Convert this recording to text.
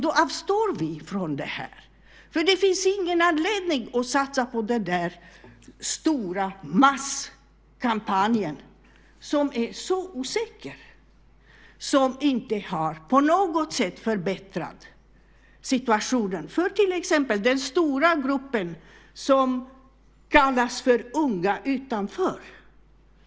Då avstår vi från det här, för det finns ingen anledning att satsa på den där stora masskampanjen som är så osäker och som inte har förbättrat situationen på något sätt för till exempel den stora grupp som kallas unga utanför.